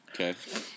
Okay